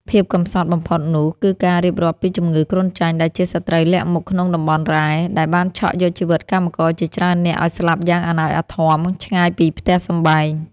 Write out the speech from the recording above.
ភាពកំសត់បំផុតនោះ គឺការរៀបរាប់ពីជំងឺគ្រុនចាញ់ដែលជាសត្រូវលាក់មុខក្នុងតំបន់រ៉ែ ដែលបានឆក់យកជីវិតកម្មករជាច្រើននាក់ឱ្យស្លាប់យ៉ាងអាណោចអាធ័មឆ្ងាយពីផ្ទះសម្បែង។